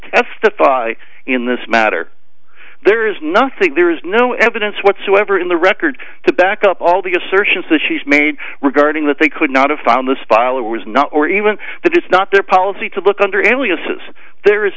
testify in this matter there is nothing there is no evidence whatsoever in the record to back up all the assertions that she's made regarding that they could not have found this file or was not or even that it's not their policy to look under an alias is there is